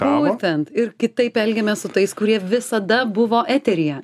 būtent ir kitaip elgiamės su tais kurie visada buvo eteryje